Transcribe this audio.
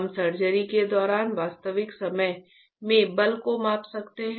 हम सर्जरी के दौरान वास्तविक समय में बल को माप सकते हैं